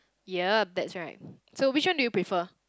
ya that's right so which one do you prefer